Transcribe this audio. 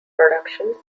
productions